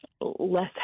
less